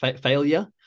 failure